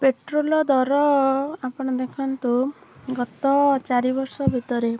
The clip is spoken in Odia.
ପେଟ୍ରୋଲ୍ ର ଦର ଆପଣ ଦେଖନ୍ତୁ ଗତ ଚାରିବର୍ଷ ଭିତରେ